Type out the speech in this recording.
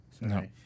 No